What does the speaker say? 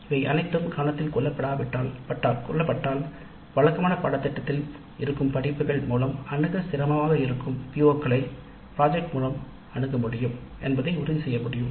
இவை அனைத்தும் கவனத்தில்கொள்ள பட்டால் வழக்கமான பாடத்திட்டத்தில் இருக்கும் படிப்புகள் மூலம் அணுகுவது சிரமமாக இருக்கும் PO களை ப்ராஜெக்ட் தீர்வு காணும் என்பதை உறுதி செய்ய முடியும்